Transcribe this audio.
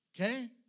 Okay